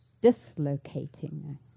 dislocating